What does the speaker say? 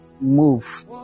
move